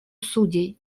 судей